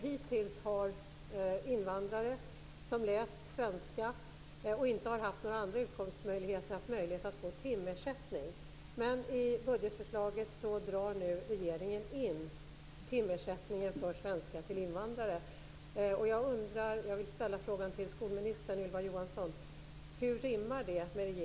Hittills har invandrare som läst svenska och inte har haft några andra utkomstmöjligheter haft möjlighet att få timersättning, men i budgetförslaget drar nu regeringen in timersättningen för svenska för invandrare.